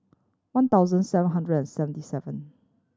one thousand seven hundred and seventy seven